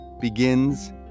begins